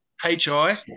HI